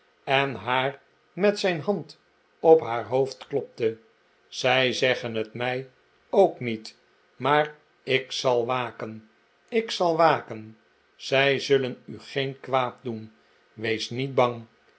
en haar met zijn hand op haar hoofd klopte zij zeggen het mij ook niet maar ik zal waken ik zal waken zij zullen u geen kwaad doen wees niet bang